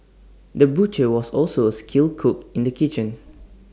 the butcher was also A skilled cook in the kitchen